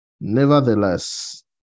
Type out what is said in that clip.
Nevertheless